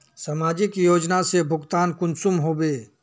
समाजिक योजना से भुगतान कुंसम होबे?